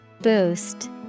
Boost